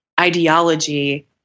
ideology